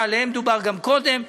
שעליהם דובר גם קודם.